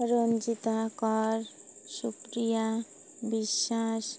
Ranjita Kar Supriya Biswas